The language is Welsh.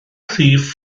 rhif